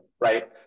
right